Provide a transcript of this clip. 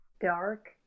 dark